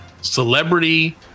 celebrity